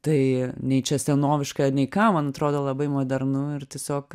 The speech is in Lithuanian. tai nei čia senoviška nei ka man atrodo labai modernu ir tiesiog